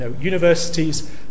Universities